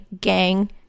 gang